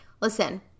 Listen